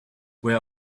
where